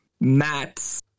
Mats